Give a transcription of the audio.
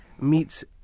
meets